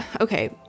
okay